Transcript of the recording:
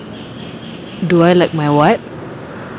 do I like my [what]